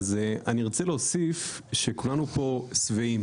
אני רוצה להוסיף שכולנו פה שבעים